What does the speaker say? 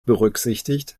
berücksichtigt